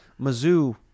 Mizzou